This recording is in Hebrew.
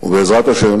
ובעזרת השם